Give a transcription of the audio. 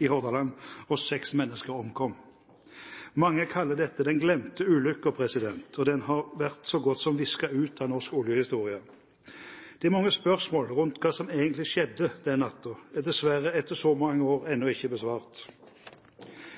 i Hordaland, og seks mennesker omkom. Mange kaller dette den glemte ulykken, og den har vært så godt som visket ut av norsk oljehistorie. De mange spørsmål rundt hva som egentlig skjedde den natten, er dessverre etter så mange år ennå ikke besvart.